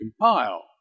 compile